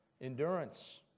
endurance